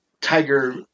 Tiger